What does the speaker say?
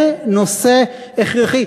שזה נושא הכרחי.